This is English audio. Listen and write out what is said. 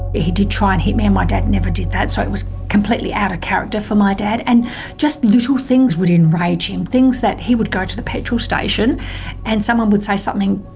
he did try and hit me, and my dad never did that, so it was completely out of character for my dad. and just little things would enrage him, things that. he would go to the petrol station and someone would say something,